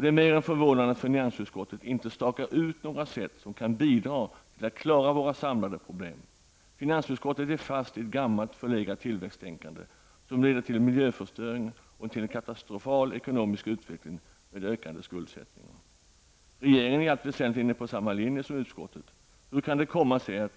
Det är mer förvånande att finansutskottet inte stakar ut några sätt som kan bidra till att klara våra samlade problem. Finansutskottet är fast i ett gammalt förlegat tillväxttänkande som leder till miljöförstöring och till en katastrofal ekonomisk utveckling med ökad skuldsättning. Regeringen är i allt väsentligt inne på samma linje som utskottet. Hur kan det komma sig att